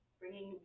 bringing